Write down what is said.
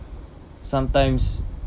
sometimes